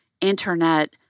internet